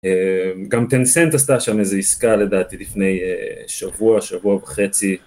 גם טנסנט עשתה שם איזה עסקה לדעתי לפני שבוע, שבוע וחצי.